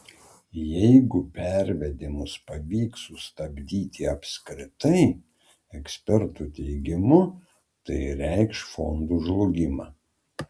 jeigu pervedimus pavyks sustabdyti apskritai ekspertų teigimu tai reikš fondų žlugimą